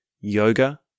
yoga